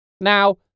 Now